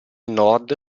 nord